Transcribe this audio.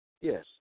Yes